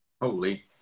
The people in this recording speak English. Holy